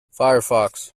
firefox